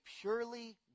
purely